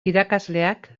irakasleak